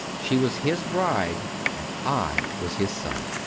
she was his bride and i was his son.